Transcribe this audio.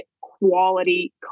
quality